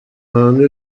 earn